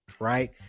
right